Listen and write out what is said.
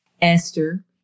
Esther